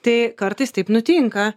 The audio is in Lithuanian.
tai kartais taip nutinka